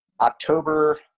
October